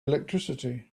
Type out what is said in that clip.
electricity